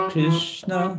Krishna